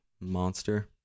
monster